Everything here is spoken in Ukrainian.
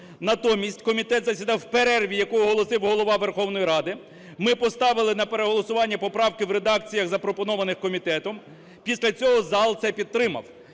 Натомість комітет засідав у перерві, яку оголосив Голова Верховної Ради. Ми поставили на переголосування поправки в редакціях, запропонованих комітетом, після цього зал це підтримав.